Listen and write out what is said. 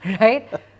right